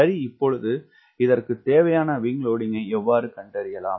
சரி இப்பொழுது இதற்குத் தேவையான விங்க் ளொடிங்கினை எவ்வாறு கண்டறியலாம்